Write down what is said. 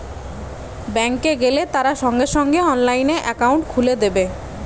bank এ গেলে তারা সঙ্গে সঙ্গে অনলাইনে একাউন্ট খুলে দেবে